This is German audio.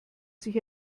sich